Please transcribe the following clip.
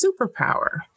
superpower